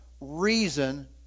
reason